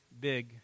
big